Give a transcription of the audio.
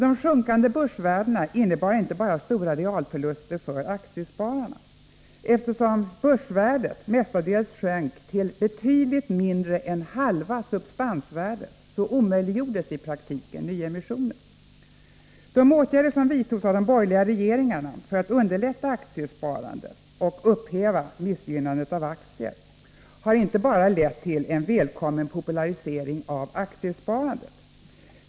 De sjunkande börsvärdena innebar inte bara stora realförluster för aktiespararna. Eftersom börsvärdet mestadels sjönk till betydligt mindre än halva substansvärdet omöjliggjordes i praktiken nyemissioner. De åtgärder som vidtogs av de borgerliga regeringarna för att underlätta aktiesparande och upphäva missgynnandet av aktier har inte bara lett till en välkommen popularisering av aktiesparandet.